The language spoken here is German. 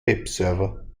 webserver